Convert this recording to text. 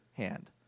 hand